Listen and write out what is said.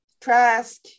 Trask